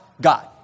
God